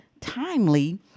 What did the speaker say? timely